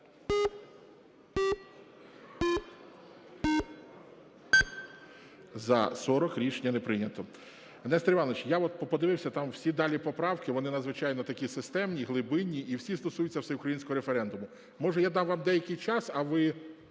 За-40 Рішення не прийнято. Нестор Іванович, я от подивився, там всі далі поправки, вони надзвичайно такі системні і глибинні і всі стосуються всеукраїнського референдуму. Може, я дам вам деякий час, а ви…